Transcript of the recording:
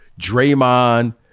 Draymond